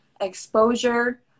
exposure